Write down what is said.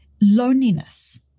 Loneliness